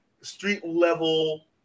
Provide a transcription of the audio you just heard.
street-level